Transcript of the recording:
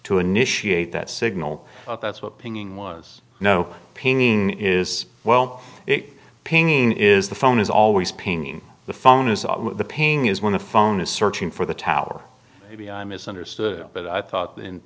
to initiate that signal that's what pinging was no pinging is well it pinging is the phone is always pinging the phone is on the ping is when the phone is searching for the tower maybe i misunderstood but i thought